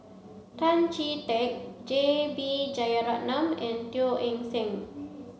Tan Chee Teck J B Jeyaretnam and Teo Eng Seng